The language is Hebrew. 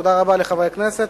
תודה רבה לחברי הכנסת.